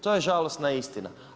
To je žalosna istina.